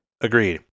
Agreed